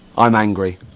i'm angry,